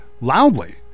loudly